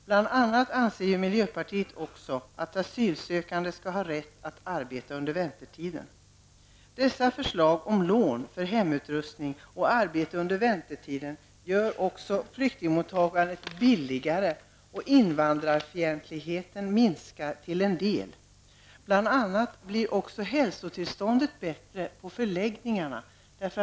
Bl.a. anser miljöpartiet att asylsökande skall ha rätt att arbeta under väntetiden. Dessa förslag om lån till hemutrustning och arbete under väntetiden gör också flyktingmottagandet billigare. Invandrarfientligheten minskar till en del. Dessutom blir hälsotillståndet på förläggningarna bättre.